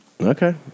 Okay